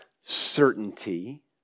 certainty